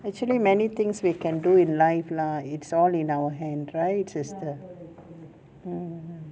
actually many things we can do in life lah it's all in our hand right sister